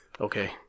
Okay